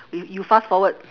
you you fast forward